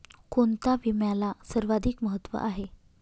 कोणता विम्याला सर्वाधिक महत्व आहे?